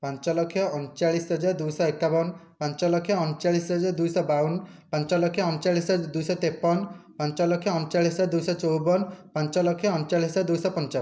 ପାଞ୍ଚ ଲକ୍ଷ ଅଣଚାଳିଶ ହଜାର ଦୁଇ ଶହ ଏକାବନ ପାଞ୍ଚ ଲକ୍ଷ ଅଣଚାଳିଶ ହଜାର ଦୁଇ ଶହ ବାଉନ ପାଞ୍ଚ ଲକ୍ଷ ଅଣଚାଳିଶ ହଜାର ଦୁଇ ଶହ ତେପନ ପାଞ୍ଚ ଲକ୍ଷ ଅଣଚାଳିଶ ହଜାର ଦୁଇ ଶହ ଚଉବନ ପାଞ୍ଚ ଲକ୍ଷ ଅଣଚାଳିଶ ହଜାର ଦୁଇ ଶହ ପଞ୍ଚାବନ